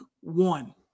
one